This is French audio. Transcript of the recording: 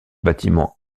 bâtiment